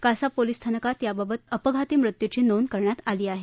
कासा police स्थानकात याबाबत अपघाती मृत्यूची नोंद करण्यात आली आहे